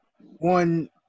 one